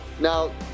Now